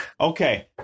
Okay